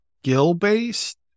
skill-based